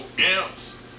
amps